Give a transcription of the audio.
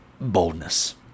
boldness